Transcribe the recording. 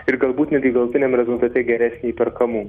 ir galbūt netgi galutiniam rezultate geresnį perkamų